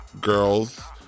girls